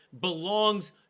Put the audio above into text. belongs